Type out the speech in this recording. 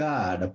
God